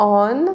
on